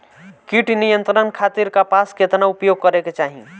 कीट नियंत्रण खातिर कपास केतना उपयोग करे के चाहीं?